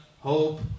hope